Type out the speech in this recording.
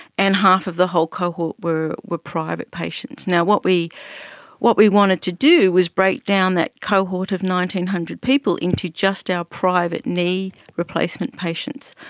and half of the whole cohort were were private patients. what we what we wanted to do was break down that cohort of nine hundred people into just our private knee replacement patients.